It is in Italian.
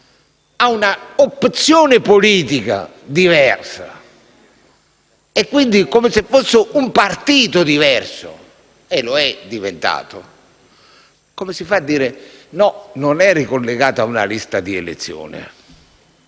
ad una opzione politica diversa, come se fosse un partito diverso, e lo è diventato. Come si fa a dire no perché non è ricollegato ad una lista di elezione?